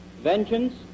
Vengeance